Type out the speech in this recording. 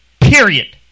period